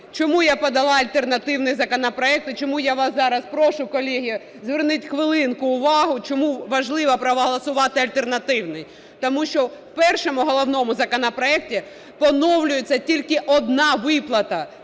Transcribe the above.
Чому я подала альтернативний законопроект і чому я вас зараз прошу, колеги, зверніть хвилинку уваги, чому важливо проголосувати альтернативний. Тому що в першому, головному, законопроекті поновлюється тільки одна виплата